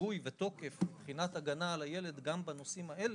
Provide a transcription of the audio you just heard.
גיבוי ותוקף מבחינת הגנה על הילד גם בנושאים האלה,